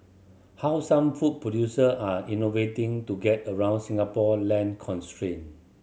how some food producer are innovating to get around Singapore land constraint